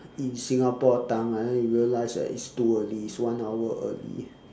in singapore time lah then you realize that it's too early it's one hour early